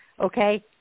Okay